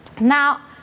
now